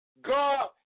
God